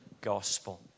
gospel